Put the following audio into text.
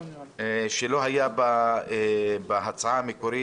גם לא היה בהצעה המקורית.